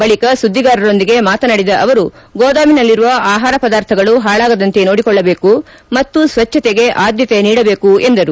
ಬಳಿಕ ಸುದ್ದಿಗಾರರೊಂದಿಗೆ ಮಾತನಾಡಿದ ಅವರು ಗೋದಾಮಿನಲ್ಲಿರುವ ಅಹಾರ ಪದಾರ್ಥಗಳು ಹಾಳಾಗದಂತೆ ನೋಡಿಕೊಳ್ಳಬೇಕು ಮತ್ತು ಸ್ವಚ್ಛತೆಗೆ ಆದ್ಯತೆ ನೀಡಬೇಕು ಎಂದರು